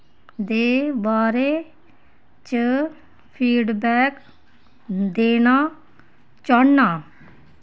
दे बारे च फीडबैक देना चाह्न्नां